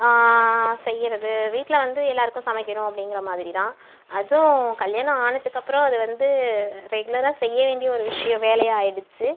செய்கிறது வீட்டில் வந்து எல்லாருக்கும் சமைக்கிறோம் அப்படிங்கிற மாதிரி தான் அதுவும் கல்யாணம் ஆனதுக்கப்பறம் அதை வந்து ரெகுலராக செய்ய வேண்டிய ஒரு விஷயம் வேலையாக ஆயிடுச்சி